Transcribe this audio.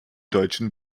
deutschen